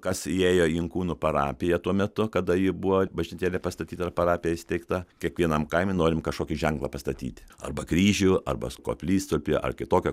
kas įėjo į inkūnų parapiją tuo metu kada ji buvo bažnytėlė pastatyta ir parapija įsteigta kiekvienam kaimui norim kažkokį ženklą pastatyti arba kryžių arba koplytstulpį ar kitokią